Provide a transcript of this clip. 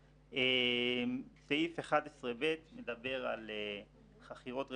סעיף 11ב מדבר על חכירות רטובות.